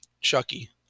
Chucky